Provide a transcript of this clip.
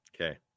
Okay